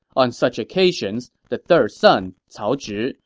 on such occasions, the third son, cao zhi,